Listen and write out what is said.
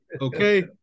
Okay